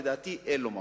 לדעתי אין לו מקום.